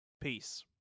Peace